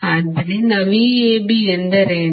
ಆದ್ದರಿಂದ VAB ಎಂದರೇನು